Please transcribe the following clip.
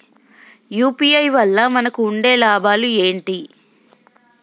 UPI వల్ల మనకు ఉండే లాభాలు ఏంటి?